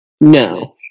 No